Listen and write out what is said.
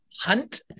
Hunt